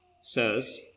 says